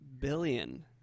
billion